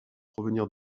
provenir